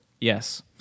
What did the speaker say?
Yes